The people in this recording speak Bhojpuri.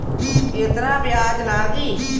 केतना ब्याज लागी?